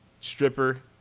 stripper